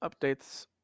updates